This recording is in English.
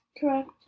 Correct